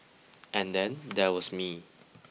and then there was me